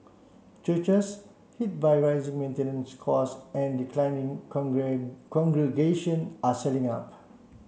churches hit by rising maintenance costs and declining congregations are selling up